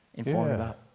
informed about.